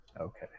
Okay